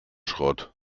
schrott